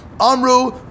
Amru